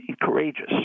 courageous